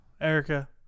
Erica